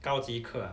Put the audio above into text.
高级课啊